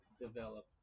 develop